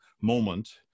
moment